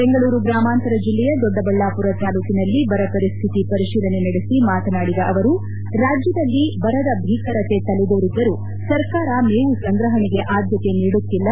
ಬೆಂಗಳೂರು ಗ್ರಾಮಾಂತರ ಜಿಲ್ಲೆಯ ದೊಡ್ಡಬಳ್ಳಾಪುರ ತಾಲೂಕಿನಲ್ಲಿ ಬರ ಪರಿಸ್ಥಿತಿ ಪರಿಶೀಲನೆ ನಡೆಸಿ ಮಾತನಾಡಿ ಅವರು ರಾಜ್ಯದಲ್ಲಿ ಬರದ ಭೀಕರತೆ ತಲೆದೋರಿದ್ದರೂ ಸರ್ಕಾರ ಮೇವು ಸಂಗ್ರಹಣೆಗೆ ಆದ್ಯತೆ ನೀಡುತ್ತಿಲ್ಲ